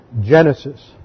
Genesis